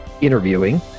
interviewing